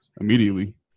immediately